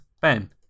Ben